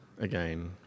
again